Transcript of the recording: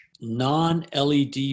non-LED